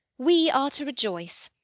we are to rejoice.